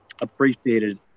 appreciated